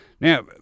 Now